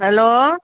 hello